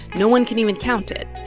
no one can even count it.